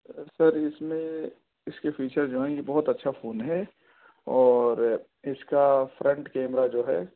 سر اس میں اس کے فیچر جو ہیں یہ بہت اچھا فون ہے اور اس کا فرنٹ کیمرہ جو ہے